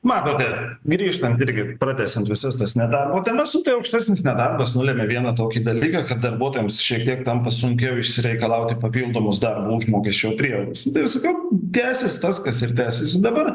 matote grįžtant irgi pratęsiant visas tas nedarbo temas nu tai aukštesnis nedarbas nulemia vieną tokį dalyką kad darbuotojams šiek tiek tampa sunkiau išsireikalauti papildomus darbo užmokesčio priedus nu tai sakau tęsis tas kas ir tęsiasi dabar